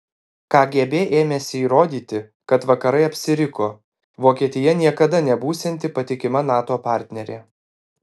kgb ėmėsi įrodyti kad vakarai apsiriko vokietija niekada nebūsianti patikima nato partnerė